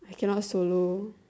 cannot solo